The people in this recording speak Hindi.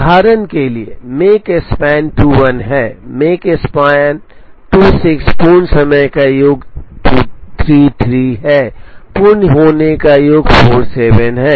उदाहरण के लिए मेक स्पैन 21 है मेक स्पान 26 पूर्ण समय का योग 33 है पूर्ण होने का योग 47 है